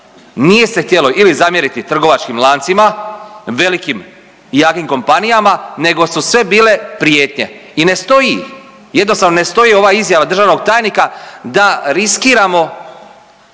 Nije se htjelo ili zamjeriti trgovačkim lancima velikim i jakim kompanijama nego su sve bile prijetnje. I ne stoji, jednostavno ne stoji ova izjava državnog tajnika da riskiramo